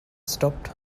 stopped